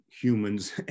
humans